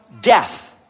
death